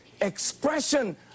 expression